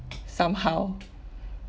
somehow